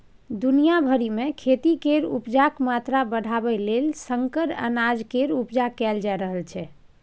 दुनिया भरि मे खेती केर उपजाक मात्रा बढ़ाबय लेल संकर अनाज केर उपजा कएल जा रहल छै